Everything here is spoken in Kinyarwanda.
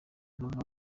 n’umwe